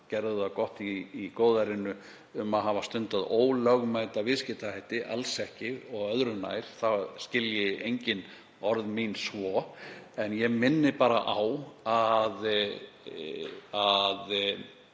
gerðu það gott í góðærinu um að hafa stundað ólögmæta viðskiptahætti, alls ekki og öðru nær, það skilji enginn orð mín svo. En ég minni bara á að